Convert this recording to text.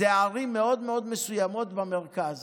זה ערים מאוד מאוד מסוימות במרכז.